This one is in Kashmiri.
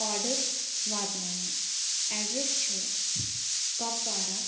آڈَر واتناوان اٮ۪ڈرَس چھِ کۄپوارہ